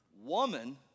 woman